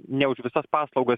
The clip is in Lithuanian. ne už visas paslaugas